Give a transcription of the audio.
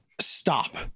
stop